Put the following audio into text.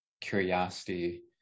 curiosity